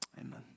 Amen